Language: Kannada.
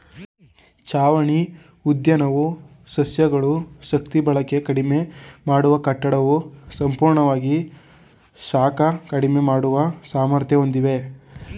ಛಾವಣಿ ಉದ್ಯಾನವು ಸಸ್ಯಗಳು ಶಕ್ತಿಬಳಕೆ ಕಡಿಮೆ ಮಾಡುವ ಕಟ್ಟಡವು ಸಂಪೂರ್ಣವಾಗಿ ಶಾಖ ಕಡಿಮೆ ಮಾಡುವ ಸಾಮರ್ಥ್ಯ ಹೊಂದಿವೆ